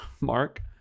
Mark